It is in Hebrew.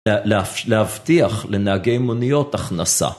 להבטיח לנהגי מוניות הכנסה.